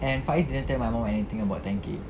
and faiz didn't tell my mum anything about ten K